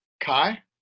Kai